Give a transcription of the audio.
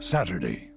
Saturday